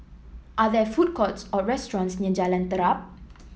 are there food courts or restaurants near Jalan Terap